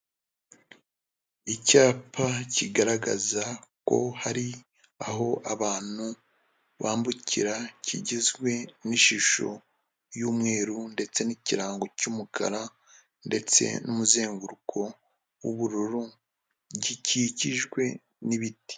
Icyapa kigaragaza ko hari aho abantu bambukira, kigizwe n'ishusho y'umweru ndetse n'ikirango cy'umukara, ndetse n'umuzenguruko w'ubururu, gikikijwe n'ibiti.